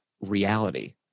reality